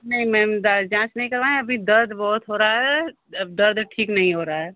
नहीं मैम जाँच नहीं करवाएँ अभी दर्द बहुत हो रहा है अब दर्द ठीक नहीं हो रहा है